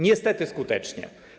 Niestety skutecznie.